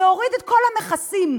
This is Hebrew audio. להוריד את כל המכסים.